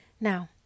now